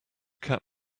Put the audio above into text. cap